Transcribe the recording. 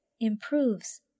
improves